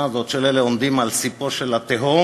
הזאת של אלה שעומדים על ספו של התהום,